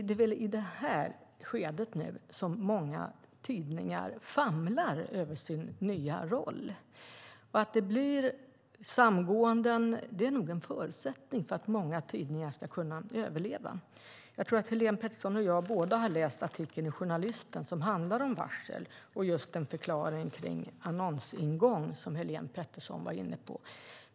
Det är i det här skedet som många tidningar famlar i sin nya roll. Att det blir samgåenden är nog en förutsättning för många tidningar att överleva. Jag tror att Helene Petersson och jag båda har läst artikeln i Journalisten som handlar om varsel och just ger en förklaring kring annonsingång, som Helene Petersson var inne på.